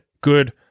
good